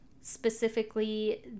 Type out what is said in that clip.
specifically